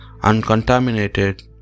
uncontaminated